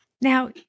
Now